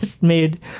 Made